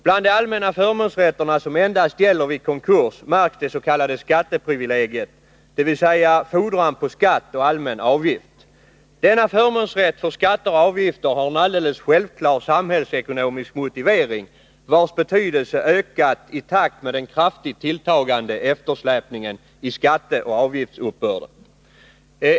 Bland de allmänna förmånsrätterna, som endast gäller vid konkurs, märks det s.k. skatteprivilegiet, dvs. fordran på skatt och allmän avgift. Denna förmånsrätt för skatter och avgifter har en alldeles självklar samhällsekonomisk motivering, vars betydelse ökat i takt med den kraftigt tilltagande eftersläpningen i skatteoch avgiftsuppbörden.